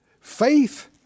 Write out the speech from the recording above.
faith